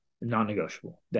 non-negotiable